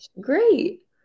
great